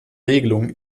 regelung